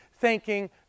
thanking